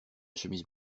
chemise